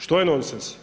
Što je nonsens?